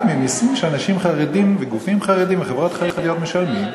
ממסים שאנשים חרדים וגופים חרדיים וחברות חרדיות משלמים.